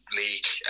league